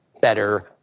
better